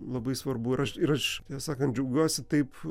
labai svarbu ir aš ir aš tiesą sakant džiaugiuosi taip